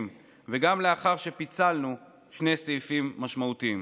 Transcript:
וגם לאחר שפיצלנו שני סעיפים משמעותיים.